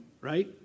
right